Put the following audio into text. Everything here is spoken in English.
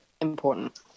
important